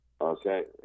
Okay